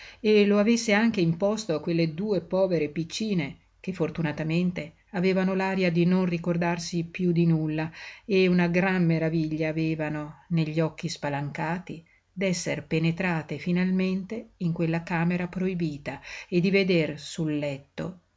e lo avesse anche imposto a quelle due povere piccine che fortunatamente avevano l'aria di non ricordarsi piú di nulla e una gran maraviglia avevano negli occhi spalancati d'esser penetrate finalmente in quella camera proibita e di veder sul letto